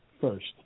first